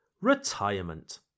retirement